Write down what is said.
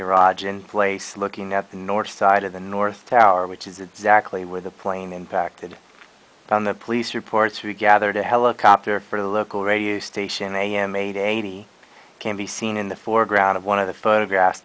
garage in place looking at the north side of the north tower which is exactly where the plane impacted on the police reports we gathered a helicopter for a local radio station am a day eighty can be seen in the foreground of one of the photograph